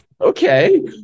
okay